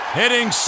hitting